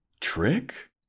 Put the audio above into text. trick